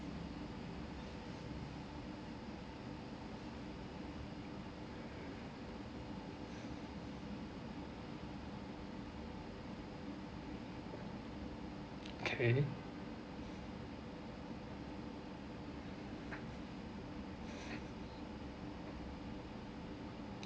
okay